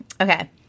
okay